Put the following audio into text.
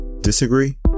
Disagree